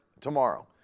tomorrow